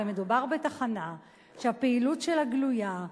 הרי מדובר בתחנה שהפעילות שלה גלויה,